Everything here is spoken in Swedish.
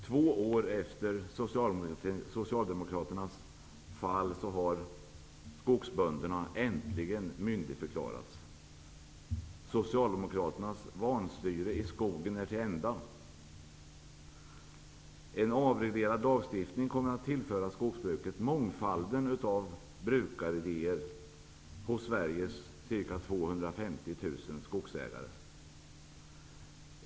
Två år efter Socialdemokraternas fall har äntligen skogsbönderna myndigförklarats. Socialdemokraternas vanstyre i skogen är till ända. En avreglerad lagstiftning kommer att tillföra skogsbruket den mångfald av brukaridéer som finns hos Sveriges ca 250 000 skogsägare.